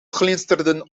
glinsterden